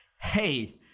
hey